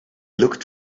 looked